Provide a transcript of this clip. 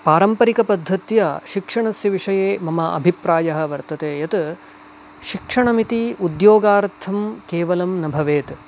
पारम्परिकपद्धत्या शिक्षणस्य विषये मम अभिप्रायः वर्तते यत् शिक्षणमिति उद्योगार्थं केवलम् न भवेत्